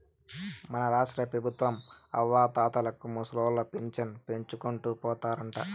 మన రాష్ట్రపెబుత్వం అవ్వాతాతలకు ముసలోళ్ల పింఛను పెంచుకుంటూ పోతారంట